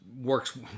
works